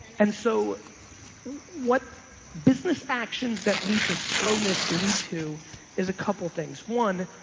and so what business actions that lead to slowness lead to is a couple things. one,